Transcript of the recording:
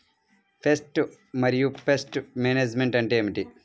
Pest మరియు pest management అంటే ఏమిటి?